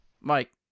Mike